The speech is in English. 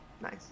Nice